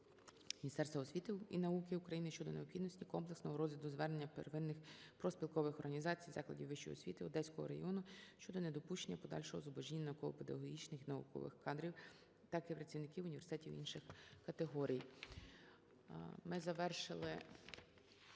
Міністерства освіти і науки України щодо необхідності комплексного розгляду звернення первинних профспілкових організацій закладів вищої освіти Одеського регіону щодо недопущення подальшого зубожіння науково-педагогічних і наукових кадрів та працівників університетів інших категорій. Ми завершили